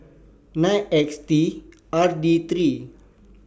nine X T R D three